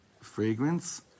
fragrance